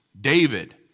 David